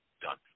done